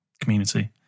community